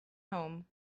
home